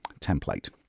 template